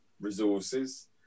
resources